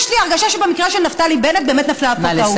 יש לי הרגשה שבמקרה של נפתלי בנט באמת נפלה פה טעות.